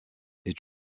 est